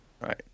right